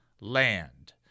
land